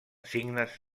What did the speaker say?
signes